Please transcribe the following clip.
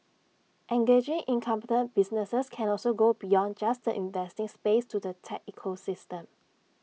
engaging incumbent businesses can also go beyond just the investing space to the tech ecosystem